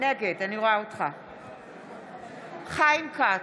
נגד חיים כץ,